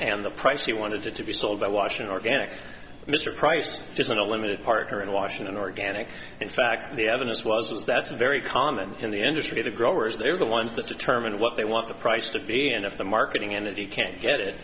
and the price he wanted to be sold by washing organic mr price isn't a limited part here in washington organic in fact the evidence was that's very common in the industry the growers they're the ones that determine what they want the price to be and if the marketing and you can't get it